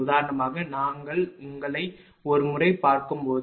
உதாரணமாக நாங்கள் உங்களை ஒரு முறை பார்க்கும்போது